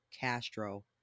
Castro